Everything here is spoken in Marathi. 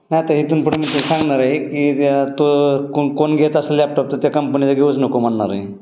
नाही आता इथून पण मी तो सांगणार आहे की त्या तो कोण घेत असेल लॅपटॉप तर त्या कंपनीचा घेऊच नको म्हणणार आहे